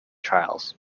trials